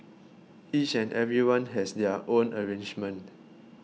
each and everyone has their own arrangement